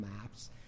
maps